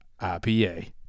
ipa